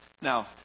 Now